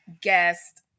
guest